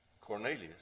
Cornelius